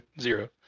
Zero